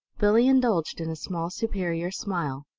billie indulged in a small, superior smile.